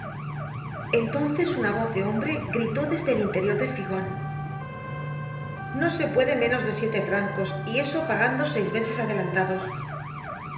de hombre gritó desde el interior del figon no se puede menos de siete francos y eso pagando seis meses adelantados